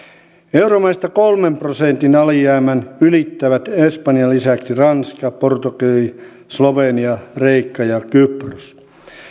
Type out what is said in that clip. euromaista kolmen prosentin alijäämän ylittävät espanjan lisäksi ranska portugali slovenia kreikka ja kypros